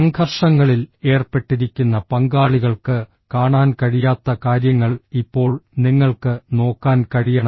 സംഘർഷങ്ങളിൽ ഏർപ്പെട്ടിരിക്കുന്ന പങ്കാളികൾക്ക് കാണാൻ കഴിയാത്ത കാര്യങ്ങൾ ഇപ്പോൾ നിങ്ങൾക്ക് നോക്കാൻ കഴിയണം